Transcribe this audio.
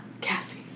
Cassie